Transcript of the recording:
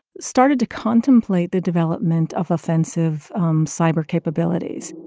started to contemplate the development of offensive cyber capabilities.